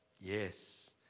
Yes